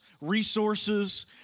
resources